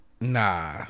Nah